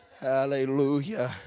Hallelujah